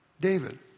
David